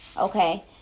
okay